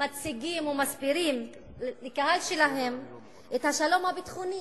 מציגים ומסבירים לקהל שלהם את השלום הביטחוני.